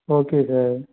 okay sir